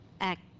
act